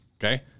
Okay